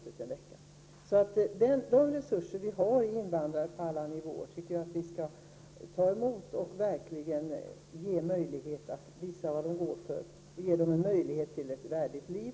Vi måste alltså ta till vara de resurser som vi har i invandrarna och ge dem möjligheter att visa vad de går för och att leva ett värdigt liv.